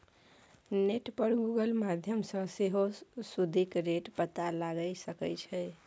net पर Google माध्यमसँ सेहो सुदिक रेट पता लगाए सकै छी